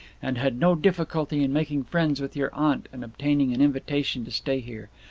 and had no difficulty in making friends with your aunt and obtaining an invitation to stay here.